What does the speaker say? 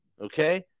Okay